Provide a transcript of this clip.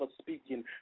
speaking